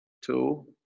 two